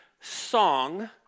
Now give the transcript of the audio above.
song